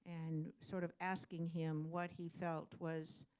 and sort of asking him what he felt was